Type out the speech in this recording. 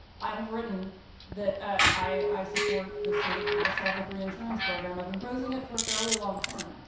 i have written that ah i support the sort of catastrophic reinsurance program. i've been proposing it for a fairly long time.